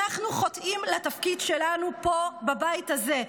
אנחנו חוטאים לתפקיד שלנו פה בבית הזה.